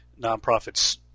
nonprofits